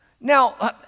Now